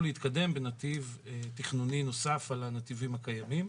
להתקדם בנתיב תכנוני נוסף על הנתיבים הקיימים.